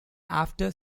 after